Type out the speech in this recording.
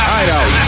Hideout